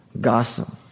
Gossip